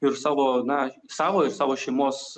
ir savo na savo ir savo šeimos